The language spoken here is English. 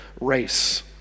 race